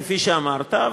כפי שאמרת,